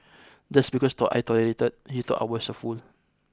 just because I tolerated that he thought I was a fool